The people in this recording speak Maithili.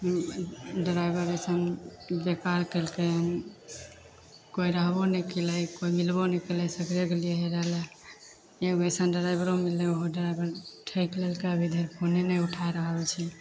ड्राइवर अइसन बेकार केलकै कोइ रहबो नहि कएलै कोइ मिलबो नहि कएलै सगरे गेलिए हेरैले एगो अइसन ड्राइवरो मिललै ओहो ड्राइवर ठकि लेलकै अभी धरि फोने नहि उठा रहल छै